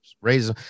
raise